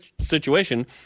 situation